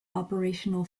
operational